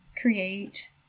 create